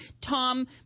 Tom